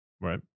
Right